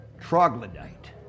troglodyte